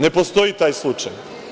Ne postoji taj slučaj.